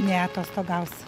ne atostogausiu